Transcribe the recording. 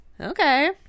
Okay